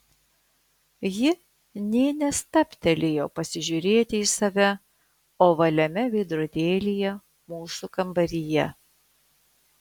ji nė nestabtelėjo pasižiūrėti į save ovaliame veidrodėlyje mūsų kambaryje